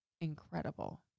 incredible